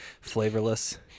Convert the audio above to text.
flavorless